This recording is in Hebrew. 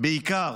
בעיקר